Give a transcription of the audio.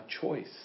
choice